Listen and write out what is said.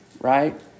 right